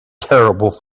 terrible